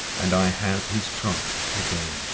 and i have his troth again